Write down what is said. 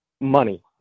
money